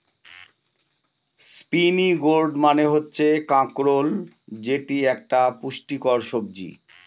spiny gourd মানে হচ্ছে কাঁকরোল যেটি একটি পুষ্টিকর সবজি